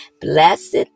blessed